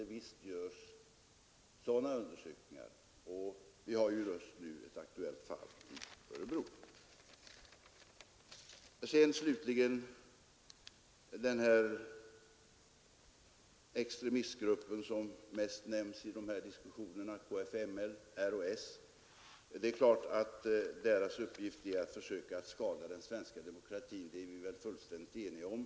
Och visst görs det sådana undersökningar. Vi har just nu ett aktuellt fall i Örebro Slutligen ett par ord om den extremistgrupp som mest nämns i dessa diskussioner, KFML och . Det är klart att dess uppgift är att försöka skada den svenska demokratin — det är vi väl fullständigt eniga om.